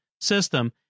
system